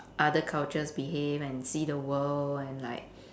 other cultures behave and see the world and like